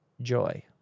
joy